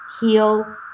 heal